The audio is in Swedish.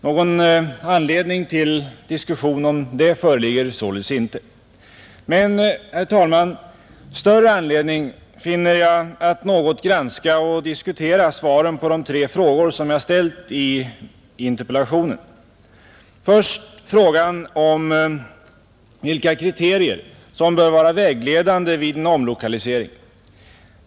Någon anledning till diskussion om det föreligger således inte. Men, herr talman, större anledning finner jag att något granska och diskutera svaren på de tre frågor jag ställt i interpellationen. Först frågan om vilka kriterier som bör vara vägledande vid en omlokalisering.